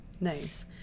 Nice